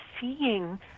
seeing